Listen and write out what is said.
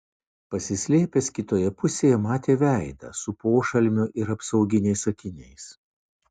pasislėpęs kitoje pusėje matė veidą su pošalmiu ir apsauginiais akiniais